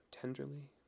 Tenderly